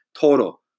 total